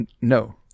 No